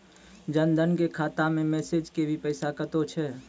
जन धन के खाता मैं मैसेज के भी पैसा कतो छ?